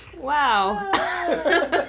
Wow